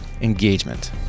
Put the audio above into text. engagement